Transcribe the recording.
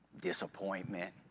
disappointment